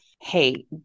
Hey